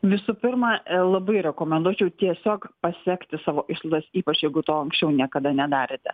visų pirma labai rekomenduočiau tiesiog pasekti savo išlaidas ypač jeigu to anksčiau niekada nedarėte